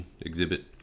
exhibit